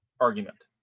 argument